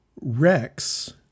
Rex